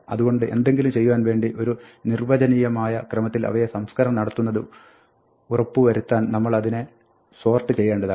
അതുകൊണ്ട് എന്തെങ്കിലും ചെയ്യുവാൻ വേണ്ടി ഒരു നിർവ്വചനീയമായ ക്രമത്തിൽ അവയെ സംസ്കരണം നടത്തുന്നത് ഉറപ്പ് വരുത്താൻ നമ്മൾ അതിനെ സോർട്ട് ചെയ്യേണ്ടതുണ്ട്